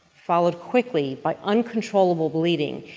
followed quickly by uncontrollable bleeding,